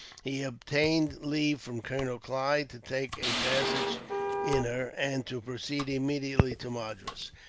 he obtained leave from colonel clive to take a passage in her, and to proceed immediately to madras.